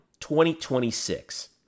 2026